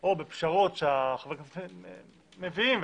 או בפשרות שחברי הכנסת מביאים,